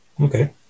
Okay